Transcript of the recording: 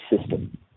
system